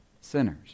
sinners